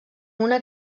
una